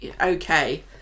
okay